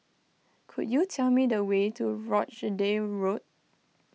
could you tell me the way to Rochdale Road